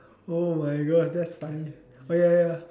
oh my god that's funny oh ya ya